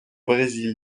brésil